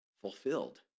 fulfilled